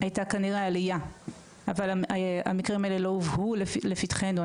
הייתה כנראה עלייה אבל המקרים האלה לא הובאו לפתחנו.